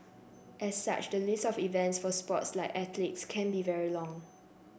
as such the list of events for sports like athletics can be very long